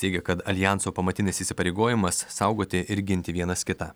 teigė kad aljanso pamatinis įsipareigojimas saugoti ir ginti vienas kitą